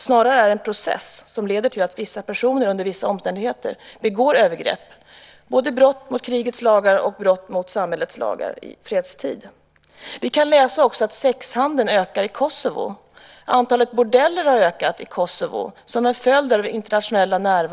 Snarare rör det sig om en process som leder till att vissa personer under vissa omständigheter begår övergrepp - brott både mot krigets lagar och mot samhällets lagar i fredstid. Vi kan också läsa att sexhandeln ökar i Kosovo. Som en följd av den internationella närvaron har antalet bordeller ökat där.